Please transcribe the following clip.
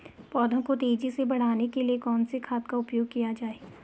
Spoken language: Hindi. पौधों को तेजी से बढ़ाने के लिए कौन से खाद का उपयोग किया जाए?